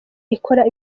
ikora